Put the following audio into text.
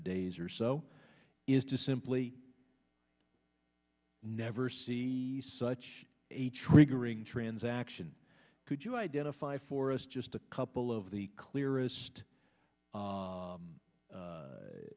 days or so is to simply never see such a triggering transaction could you identify for us just a couple of the clearest